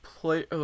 play –